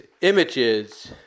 images